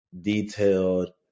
detailed